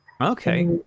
okay